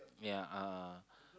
ya uh